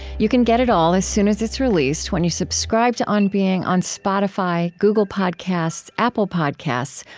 you can get it all as soon as it's released when you subscribe to on being on spotify, google podcasts, apple podcasts,